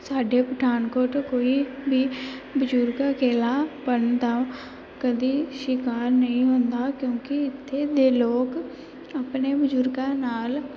ਸਾਡੇ ਪਠਾਨਕੋਟ ਕੋਈ ਵੀ ਬਜ਼ੁਰਗ ਅਕੇਲਾਪਣ ਦਾ ਕਦੇ ਸ਼ਿਕਾਰ ਨਹੀਂ ਹੁੰਦਾ ਕਿਉਂਕਿ ਇੱਥੇ ਦੇ ਲੋਕ ਆਪਣੇ ਬਜ਼ੁਰਗਾਂ ਨਾਲ